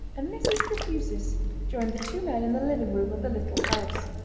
and mrs. trefusis joined the two men in the living-room of the little house.